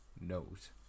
knows